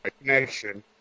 connection